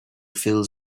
feels